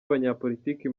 abanyapolitiki